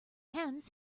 hands